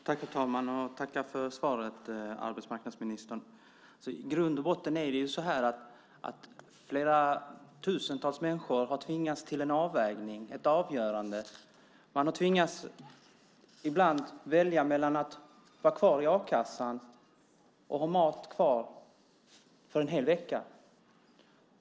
Herr talman! Jag tackar arbetsmarknadsministern för svaret. I grund och botten är det ju så att tusentals människor har tvingats till en avvägning, ett avgörande. Man har ibland tvingats välja mellan att vara kvar i a-kassan eller ha mat kvar för en hel vecka.